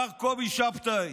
מר קובי שבתאי,